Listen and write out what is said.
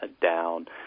down